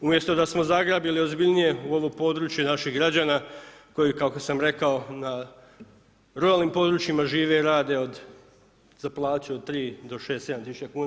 Umjesto da smo zagrabili ozbiljnije u ovo područje naših građana koji kako sam rekao, na ruralnim područjima žive i rade od, za plaću od 3 do 6, 7.000,00 kn.